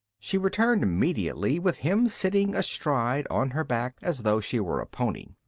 she returned immediately with him sitting astride on her back as though she were a pony.